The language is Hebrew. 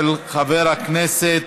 של חבר הכנסת